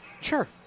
Sure